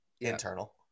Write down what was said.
internal